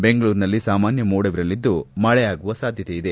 ಬೆಂಗಳೂರಿನಲ್ಲಿ ಸಾಮಾನ್ಯ ಮೋಡವಿರಲಿದ್ದು ಮಳೆಯಾಗುವ ಸಾಧ್ಯತೆ ಇದೆ